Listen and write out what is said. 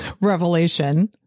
revelation